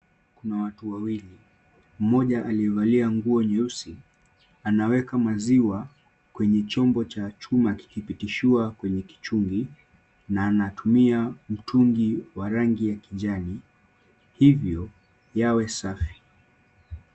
Kuna watu wawili mmoja aliyevalia nguo nyeusi. Anaweka maziwa kwenye chombo cha chuma kikipitishwa kwenye kichungii, na ana tumia mtungi wa rangi ya kijani. Hivyo, yawe safi.